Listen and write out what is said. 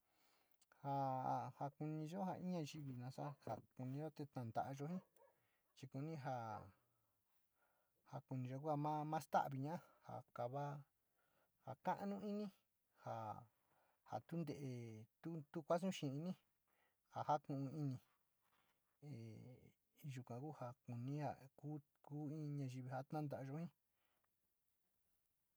Jaa ja kuniyo in nayivi ja kunio te tanta´ayo ji chi kuní ja ja kuniyo ma sta´aviña, ja kava, ja ka´anu ini ja ja tu ntee tu kuasá xee ini, ja ja ku´u ini, yuka ku ja kuni in nayivi ja tanta´ayo jii.